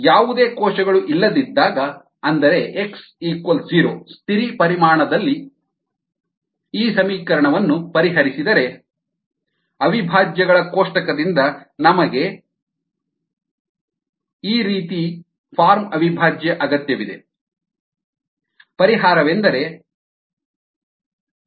KLaCO2 CO2V qO2xVdCO2Vdt ಯಾವುದೇ ಕೋಶಗಳು ಇಲ್ಲದಿದ್ದಾಗ x 0 ಸ್ಥಿರ ಪರಿಮಾಣದಲ್ಲಿ V ಸ್ಥಿರ KLaCO2 CO2VVdCO2dt KLaCO2 CO2dCO2dt ಈ ಸಮೀಕರಣವನ್ನು ಪರಿಹರಿಸಿದರೆ dCO2CO2 CO2KLadt ಅವಿಭಾಜ್ಯಗಳ ಕೋಷ್ಟಕದಿಂದ ನಮಗೆ ಈ dxa x ಫಾರ್ಮ್ ಗೆ ಅವಿಭಾಜ್ಯ ಅಗತ್ಯವಿದೆ ಪರಿಹಾರವೆಂದರೆ ln CC CO2 kLat ಹೀಗಾಗಿ ln CC CO2 vs t plot ನಲ್ಲಿ kLa ಸ್ಲೋಪ್ ಆಗಿದೆ